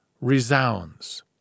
resounds